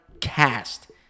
cast